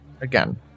again